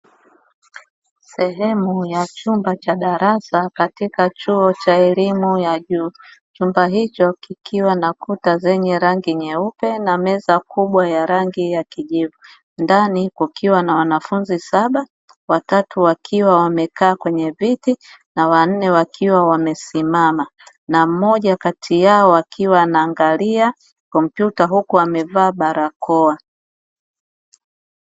Sehemu ya chumba cha darasa katika chuo cha elimu ya juu, chumba hicho kikiwa na kuta zenye rangi nyeupe na meza kubwa ya rangi ya kijivu. Ndani kukiwa na wanafunzi saba, watatu wakiwa wamekaa kwenye viti na wanne wakiwa wamesimama na mmoja kati yao akiwa anaanglia kompyuta huku amevaa barakoa.